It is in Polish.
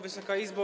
Wysoka Izbo!